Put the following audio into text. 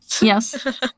Yes